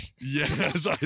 Yes